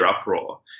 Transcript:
uproar